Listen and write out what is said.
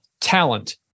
talent